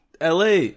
LA